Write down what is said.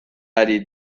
ari